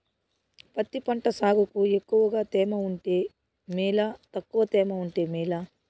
పత్తి పంట సాగుకు ఎక్కువగా తేమ ఉంటే మేలా తక్కువ తేమ ఉంటే మేలా?